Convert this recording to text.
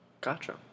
Gotcha